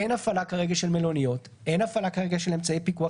אין הפעלה כרגע של מלוניות; אין הפעלה כרגע של אמצעי פיקוח